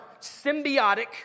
symbiotic